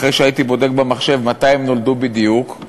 אחרי שבדקתי במחשב מתי הם נולדו בדיוק,